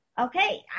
okay